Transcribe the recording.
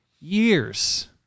years